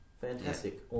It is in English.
Fantastic